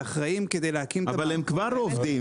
שאחראיים כדי להקים- -- הם כבר עובדים.